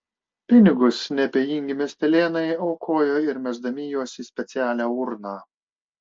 pinigus neabejingi miestelėnai aukojo ir mesdami juos į specialią urną